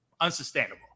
unsustainable